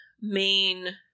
main